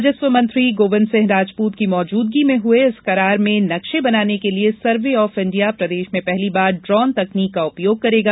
राजस्व मंत्री गोविन्द सिंह राजपूत की मौजूदगी में हुए इस करार में नक्शे बनाने के लिए सर्वे ऑफ इण्डिया प्रदेश में पहली बार ड्रोन तकनीक का उपयोग करेगा